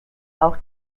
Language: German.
auch